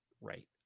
Right